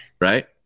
right